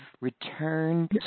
return